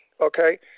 Okay